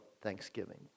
thanksgiving